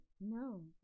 No